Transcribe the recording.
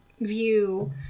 view